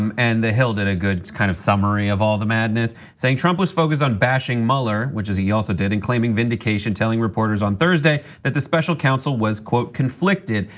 um and the hill did a good kinda kind of summary of all the madness, saying trump was focused on bashing mueller, which is he also did and claiming vindication, telling reporters on thursday. that the special counsel was quote, conflicted,